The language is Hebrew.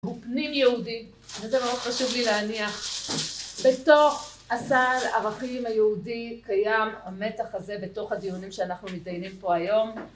הוא פנים יהודי, וזה מאוד חשוב לי להניח, בתוך הסל ערכים היהודי קיים המתח הזה בתוך הדיונים שאנחנו מתדיינים פה היום.